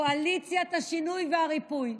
קואליציית השינוי והריפוי,